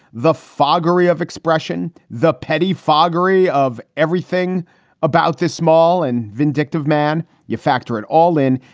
the forgery of expression, the petty forgery of everything about this small and vindictive man. you factor it all in.